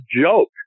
joke